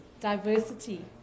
diversity